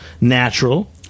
natural